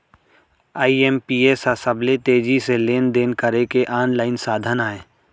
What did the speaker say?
IMPS ह सबले तेजी से लेन देन करे के आनलाइन साधन अय